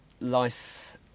life